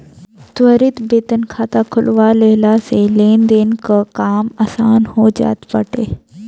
त्वरित वेतन खाता खोलवा लेहला से लेनदेन कअ काम आसान हो जात बाटे